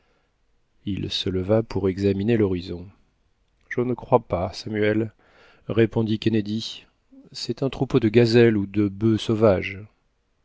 il se leva pour examiner l'horizon je ne crois pas samuel répondit kennedy c'est un troupeau de gazelles ou de bufs sauvages